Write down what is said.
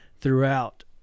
throughout